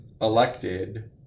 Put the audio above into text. elected